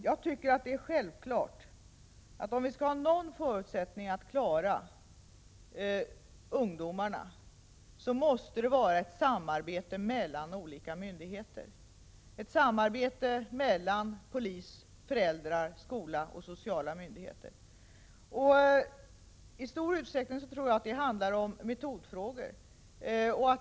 Jag tycker det är självklart, att om vi skall ha någon som helst förutsättning att klara ungdomarna, måste det vara ett samarbete mellan olika myndigheter och ett samarbete mellan polis, föräldrar, skola och sociala myndigheter. I stor utsträckning tror jag detta handlar om metodfrågor.